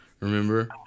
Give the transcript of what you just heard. Remember